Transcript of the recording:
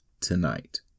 tonight